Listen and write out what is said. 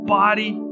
body